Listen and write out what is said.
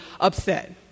upset